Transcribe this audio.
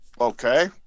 Okay